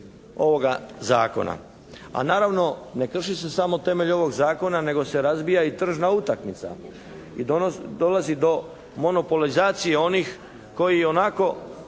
ovoga Zakona. A naravno ne krši se samo temelj ovog Zakona nego se razbija i tržna utakmica. I dolazi do monopolizacije onih koji ionako